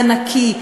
הנקי,